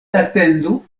atendu